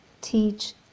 teach